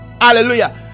hallelujah